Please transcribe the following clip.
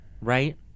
right